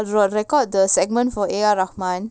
then I will record the segment for ar rahman